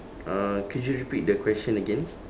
uh could you repeat the question again